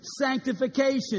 sanctification